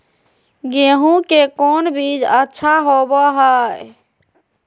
गेंहू के कौन बीज अच्छा होबो हाय?